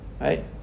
right